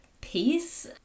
peace